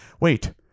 wait